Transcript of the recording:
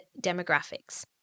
demographics